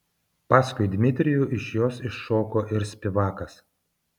paskui dmitrijų iš jos iššoko ir spivakas